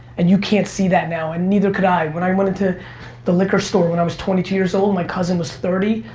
and you can't see that now and neither could i. when i went into the liquor store when i was twenty two years old and my cousin was thirty,